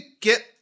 get